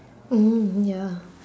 mm ya